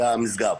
למשגב.